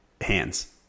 hands